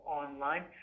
online